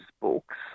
books